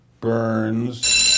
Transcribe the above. Burns